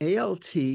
ALT